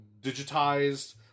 digitized